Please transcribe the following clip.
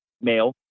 male